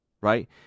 right